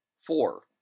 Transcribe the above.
four